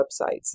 websites